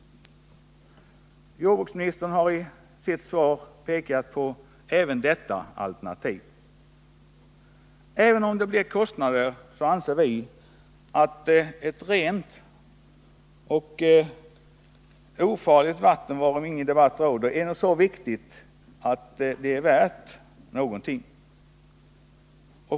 Jordbruksministern har i sitt svar pekat även på detta alternativ. Även om det medför kostnader anser vi att ett rent och ofarligt vatten varom ingen debatt råder är så viktigt att det är värt någonting.